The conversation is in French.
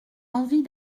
envie